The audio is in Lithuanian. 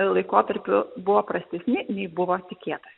laikotarpiu buvo prastesni nei buvo tikėtasi